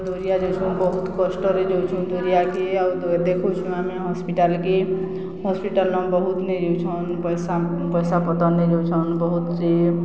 ଦୋରିଆ ଯାଉଛୁ ବହୁତ କଷ୍ଟରେ ଯଉଛୁ ଦୋରିଆକେ ଆଉ ଦେଖଉଛୁଁ ଆମେ ହସ୍ପିଟାଲକେ ହସ୍ପିଟାଲ ନ ବହୁତ ନେଇ ଯାଉଛନ୍ ପଇସା ପଇସା ପତ ନେଇ ଯାଉଛନ୍ ବହୁତ ସିଏ